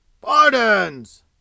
Pardons